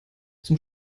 zum